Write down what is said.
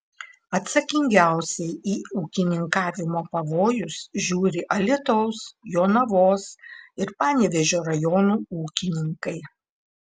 atsakingiausiai į ūkininkavimo pavojus žiūri alytaus jonavos ir panevėžio rajonų ūkininkai